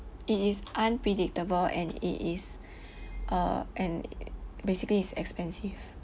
it is unpredictable and it is uh and basically is expensive